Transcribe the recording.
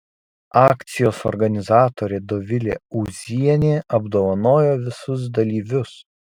akcijos organizatorė dovilė ūzienė apdovanojo visus dalyvius